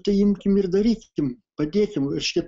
tai imkim ir darykim padėkime reiškia